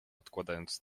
odkładając